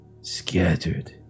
scattered